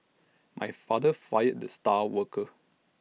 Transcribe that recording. my father fired the star worker